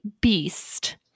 beast